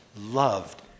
loved